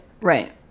right